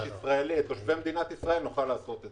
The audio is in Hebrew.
ישראלי את תושבי מדינת ישראל נוכל לעשות את זה.